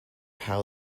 how